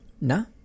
No